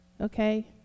okay